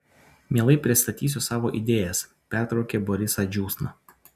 mielai pristatysiu savo idėjas pertraukė borisą džiūsna